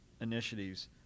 initiatives